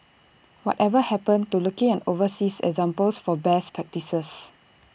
whatever happened to looking at overseas examples for best practices